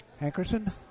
Hankerson